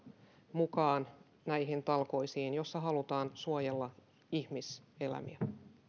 mukaan näihin talkoisiin joissa halutaan suojella ihmiselämiä